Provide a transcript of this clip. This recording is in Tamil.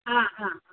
ஆ ஆ ஆ